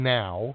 now